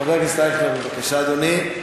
חבר הכנסת אייכלר, בבקשה, אדוני.